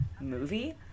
movie